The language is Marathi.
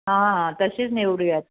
हां हां तशीच निवडूयात